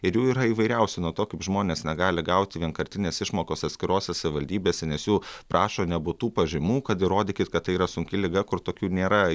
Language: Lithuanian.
ir jų yra įvairiausių nuo to kaip žmonės negali gauti vienkartinės išmokos atskirose savivaldybėse nes jų prašo nebūtų pažymų kad įrodykit kad tai yra sunki liga kur tokių nėra